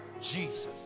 Jesus